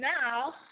now